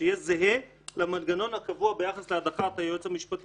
שיהיה זהה למנגנון הקבוע ביחס להדחת היועץ המשפטי